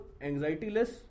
anxiety-less